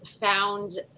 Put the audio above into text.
found